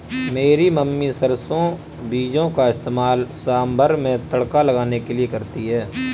मेरी मम्मी सरसों बीजों का इस्तेमाल सांभर में तड़का लगाने के लिए करती है